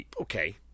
Okay